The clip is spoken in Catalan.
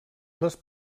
les